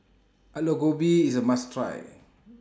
Aloo Gobi IS A must Try